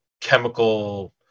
chemical